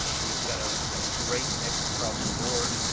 um we've got a great mix across the board.